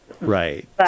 Right